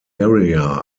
area